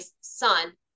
son